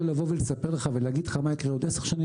לבוא ולספר לך ולהגיד לך מה יקרה עוד עשר שנים,